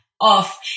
off